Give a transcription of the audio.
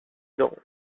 dans